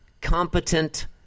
competent